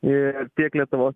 ir tiek lietuvos